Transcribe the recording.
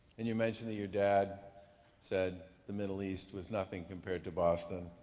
and you mentioned that your dad said the middle east was nothing compared to boston.